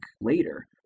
later